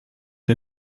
der